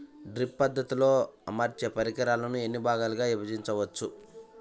Drip పద్ధతిలో అమర్చే పరికరాలను ఎన్ని భాగాలుగా విభజించవచ్చు?